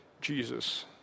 Jesus